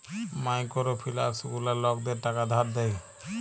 micro ফিলালস গুলা লকদের টাকা ধার দেয়